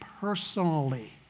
personally